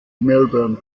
melbourne